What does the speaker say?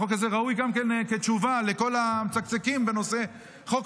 החוק הזה ראוי גם כתשובה לכל המצקצקים בנושא חוק